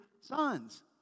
sons